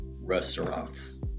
restaurants